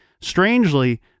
Strangely